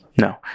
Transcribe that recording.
No